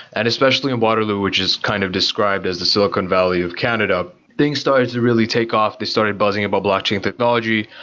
and especially in waterloo which is kind of described as the silicon valley of canada, things started to really take off, they started buzzing about blockchain technology,